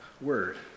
word